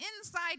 inside